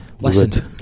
Listen